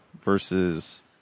versus